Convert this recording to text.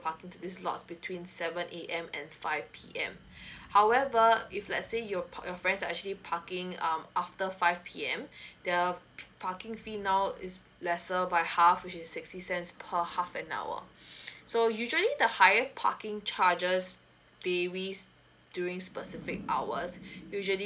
park into these lots between seven A_M and five P_M however if let's say you park your friends actually parking um after five P_M the parking fee now is lesser by half which is sixty cents per half an hour so usually the higher parking charges vary during specific hours usually